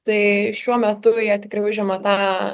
tai šiuo metu jie tikrai užima tą